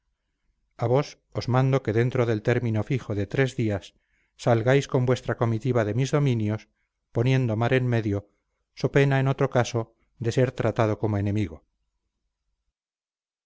a vos os mando que dentro del término fijo de tres días salgáis con vuestra comitiva de mis dominios poniendo mar en medio so pena en otro caso do ser tratado como enemigo